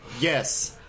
Yes